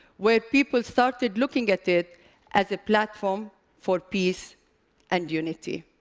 where people started looking at it as a platform for peace and unity.